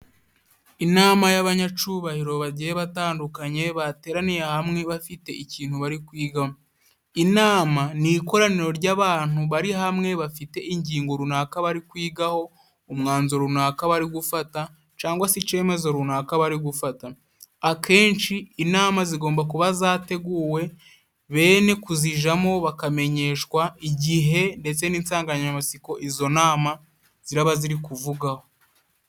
Inama y'abanyacubahiro bagiye batandukanye, bateraniye hamwe bafite ikintu bari kwigaho. Inama ni ikoraniro ry'abantu bari hamwe bafite ingingo runaka bari kwigaho, umwanzuro runaka bari gufata cangwa se icyemezo runaka bari gufata. Akenshi inama zigomba kuba zateguwe, bene kuzijamo bakamenyeshwa igihe, ndetse n'insanganyamatsiko izo nama ziraba ziri kuvugaho.